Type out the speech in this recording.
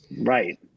Right